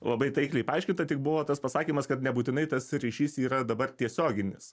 labai taikliai paaiškinta tik buvo tas pasakymas kad nebūtinai tas ryšys yra dabar tiesioginis